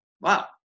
Wow